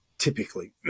typically